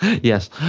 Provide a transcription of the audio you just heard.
Yes